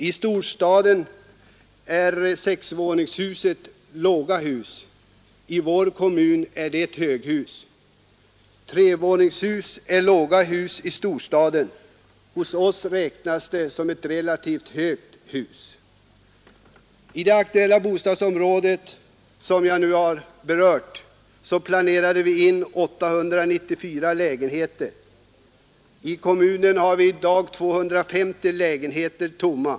I storstaden är sexvåningshusen låga hus, i vår kommun är ett sådant hus ett höghus. Trevåningshus är låga hus i storstaden, hos oss räknas de som relativt höga. I det bostadsområde som jag förut har berört planerade vi in 894 lägenheter. I kommunen har vi i dag 250 lägenheter tomma.